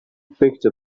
picked